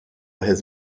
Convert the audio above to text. his